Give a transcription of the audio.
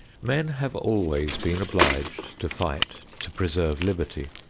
men have always been obliged to fight to preserve liberty.